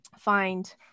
find